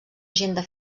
agenda